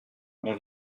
mon